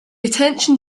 attention